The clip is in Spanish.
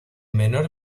menor